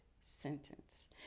sentence